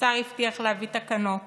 השר הבטיח להביא תקנות